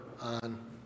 on